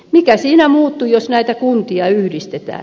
mikä siinä muuttuu jos näitä kuntia yhdistetään